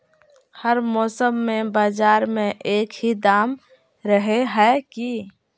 हर मौसम में बाजार में एक ही दाम रहे है की?